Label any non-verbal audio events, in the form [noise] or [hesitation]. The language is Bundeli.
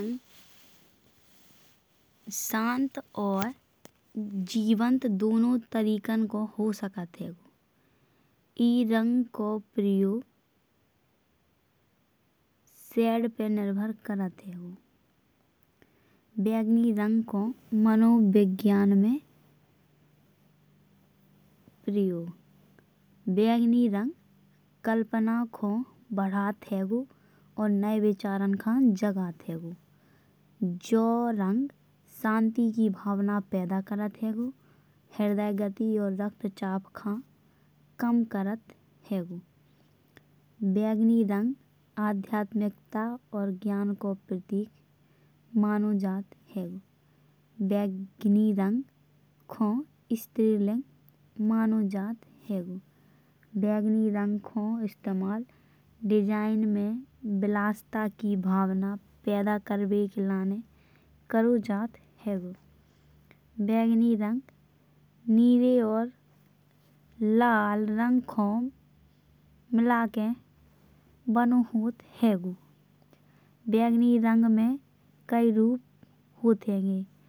[hesitation] बैंगनी रंग शांत और जीवंत दोनों तरीकन को हो सकत है। ई रंग को प्रयोग शेड पे निर्भर करत हैंगो। बैंगनी रंग को मानवविज्ञान में प्रयोग। बैंगनी रंग कल्पना को बढ़त हैंगो और नये विचारन का जगत हैंगो। जो रंग शांति की भावना पैदा करत हैंगो। हृदयगति और रक्तचाप का कम करत हैंगो। बैंगनी रंग आध्यात्मिकता और ज्ञान को प्रतीक मानो जात हैंगो। बैंगनी रंग को स्त्रीलिंग मानो जात हैंगो। बैंगनी रंग को इस्तमाल डिजाइन में विलासिता की भावना पैदा करबे के लाने करो जात हैंगो। बैंगनी रंग नीली और लाल रंग को मिला के बानो होत हैंगो। बैंगनी रंग में कई रूप होत हैंगे।